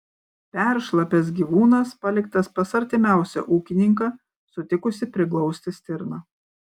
peršlapęs gyvūnas paliktas pas artimiausią ūkininką sutikusį priglausti stirną